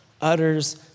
utters